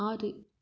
ஆறு